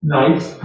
nice